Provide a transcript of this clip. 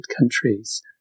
countries